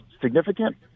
significant